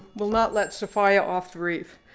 will not let sophia off the reef.